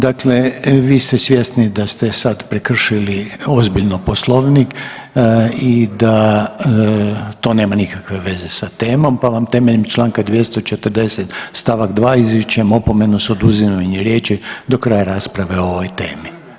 Dakle, vi ste svjesni da ste sad prekršili ozbiljno Poslovnik i da to nema nikakve veze sa temom pa vam temeljem Članka 240. stavak 2. izričem opomenu s oduzimanjem riječi do kraja rasprave o ovoj temi.